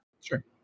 Sure